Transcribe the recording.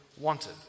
wanted